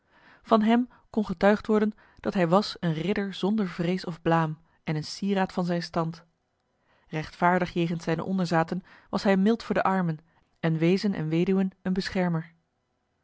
van hem kon getuigd worden dat hij was een ridder zonder vrees of blaam en een sieraad van zijn stand rechtvaardig jegens zijne onderzaten was hij mild voor de armen en weezen en weduwen een beschermer